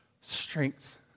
strength